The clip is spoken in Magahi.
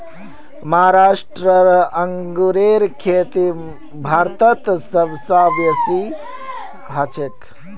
महाराष्ट्र अंगूरेर खेती भारतत सब स बेसी हछेक